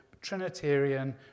Trinitarian